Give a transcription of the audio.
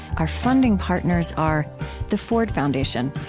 our funding partners are the ford foundation,